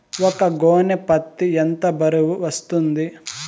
ఒక గోనె పత్తి ఎంత బరువు వస్తుంది?